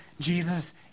Jesus